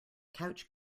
couch